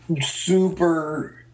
super